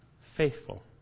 faithful